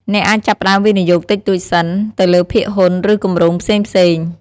អ្នកអាចចាប់ផ្ដើមវិនិយោគតិចតួចសិន ទៅលើភាគហ៊ុន ឬគម្រោងផ្សេងៗ។